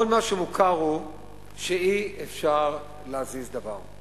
כל מה שמוכר הוא שאי-אפשר להזיז דבר,